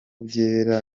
byera